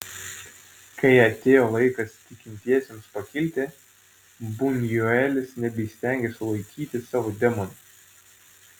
kai atėjo laikas tikintiesiems pakilti bunjuelis nebeįstengė sulaikyti savo demonų